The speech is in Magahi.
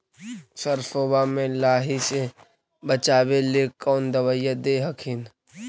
सरसोबा मे लाहि से बाचबे ले कौन दबइया दे हखिन?